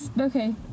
okay